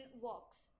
walks